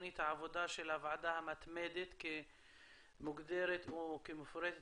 תוכנית הוועדה של הוועדה המתמדת שמוגדרת או כמפורטת